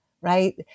right